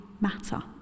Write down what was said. matter